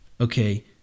okay